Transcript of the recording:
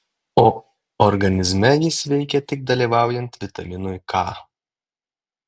o organizme jis veikia tik dalyvaujant vitaminui k